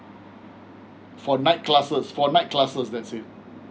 for night classes for night classes that's it